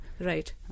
right